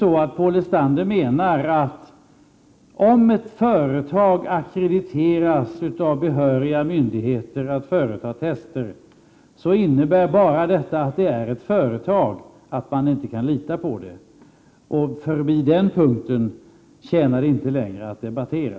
Paul Lestander menar tydligen att om ett företag ackrediteras av behöriga myndigheter att företa tester, innebär den omständigheten att det rör sig om ett företag, att det inte är att lita på. Längre än till den punkten tjänar det inte någonting till att diskutera.